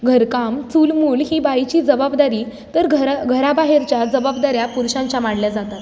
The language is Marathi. घरकाम चूलमूल ही बाईची जबाबदारी तर घरा घराबाहेरच्या जबाबदाऱ्या पुरषांच्या मानल्या जातात